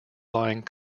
lying